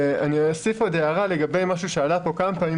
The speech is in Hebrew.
ואני אוסיף עוד הערה לגבי משהו שעלה פה כמה פעמים,